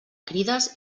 crides